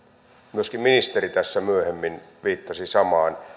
myöskin ministeri tässä myöhemmin viittasi samaan